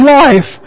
life